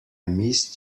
missed